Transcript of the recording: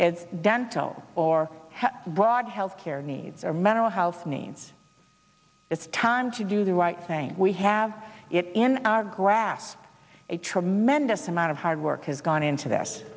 as dental or broad health care needs are mental health needs it's time to do the right thing we have it in our grasp a tremendous amount of hard work has gone into this